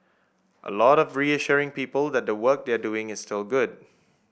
a lot of reassuring people that the work they're doing is still good